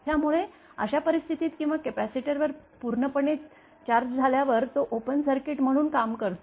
त्यामुळे अशा परिस्थितीत किंवा कपॅसिटरवर पूर्णपणे चार्ज झाल्यावर तो ओपन सर्किट म्हणून काम करतो